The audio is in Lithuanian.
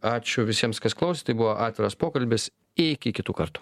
ačiū visiems kas klausė tai buvo atviras pokalbis iki kitų kartų